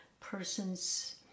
person's